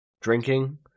drinking